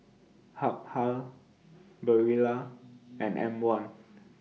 Habhal Barilla and M one